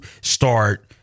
start